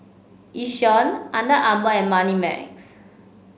Yishion Under Armour and Moneymax